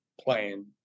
playing